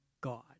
God